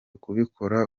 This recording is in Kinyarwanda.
kubikora